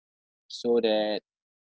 so that